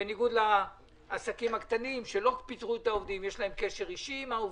בניגוד לעסקים הקטנים שלא פיטרו את העובדים ויש להם קשר אישי איתם.